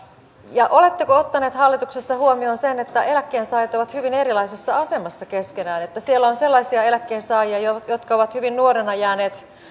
ja oletteko ottaneet hallituksessa huomioon sen että eläkkeensaajat ovat hyvin erilaisessa asemassa keskenään että siellä on sellaisia eläkkeensaajia jotka jotka ovat hyvin nuorena jääneet